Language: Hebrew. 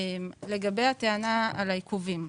לגבי הטענה על העיכובים,